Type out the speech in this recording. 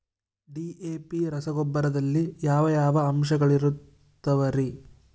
DAP ರಸಗೊಬ್ಬರದಲ್ಲಿ ಯಾವ ಯಾವ ಅಂಶಗಳಿರುತ್ತವರಿ?